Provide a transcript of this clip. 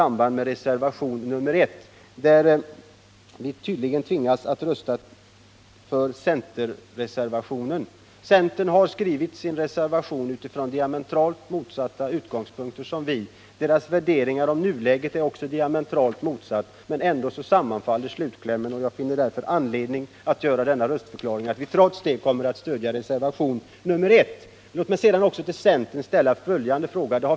Jag vill också avge en röstförklaring beträffande reservationen 1. Vi tvingas tydligen rösta för denna centerreservation. Centern har skrivit reservationen från utgångspunkter som är diametralt motsatta våra. Centerns värderingar rörande nuläget är också diametralt motsatta våra, men ändå sammanfaller slutklämmen med vår uppfattning. Mot den bakgrunden finner jag anledning att göra denna röstförklaring, att vi trots allt kommer att stödja reservationen 1. Låt mig sedan också till centern ställa en fråga.